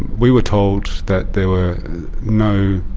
we were told that there were no,